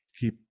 keep